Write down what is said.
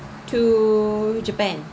to japan